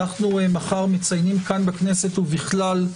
אנחנו מחר מציינים כאן, בכנסת ובכלל,